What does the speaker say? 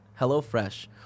HelloFresh